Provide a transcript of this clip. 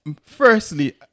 Firstly